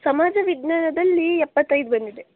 ಸಮಾಜ ವಿಜ್ಞಾನದಲ್ಲಿ ಎಪ್ಪತ್ತೈದು ಬಂದಿದೆ